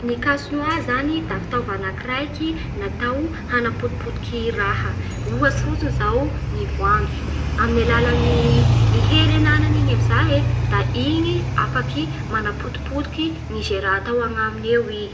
Ny casse-noix zany da fitaova anakiraiky natao hanapotipotiky raha ohatsy fotsiny izao ny voanjo amin'ny alalan'ny. I hery agnanan'igny amin'izay e da igny afaky manapotipotiky ny izay raha atao agnaminy eo i.